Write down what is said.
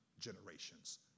generations